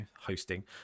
hosting